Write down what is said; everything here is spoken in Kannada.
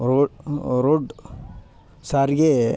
ರೋಡ್ ರೋಡ್ ಸಾರಿಗೆ